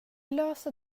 löser